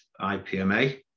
IPMA